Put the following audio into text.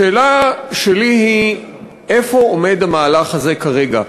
השאלה שלי היא איפה עומד המהלך הזה כרגע,